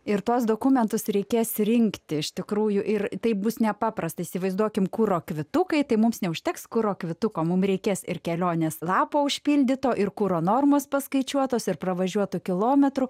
ir tuos dokumentus reikės surinkti iš tikrųjų ir taip bus nepaprasta įsivaizduokime kuro kvitukai tai mums neužteks kuro kvituko mums reikės ir kelionės lapo užpildyto ir kuro normos paskaičiuotos ir pravažiuotų kilometrų